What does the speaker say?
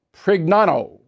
Prignano